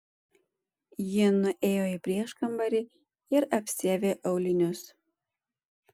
ji nuėjo į prieškambarį ir apsiavė aulinius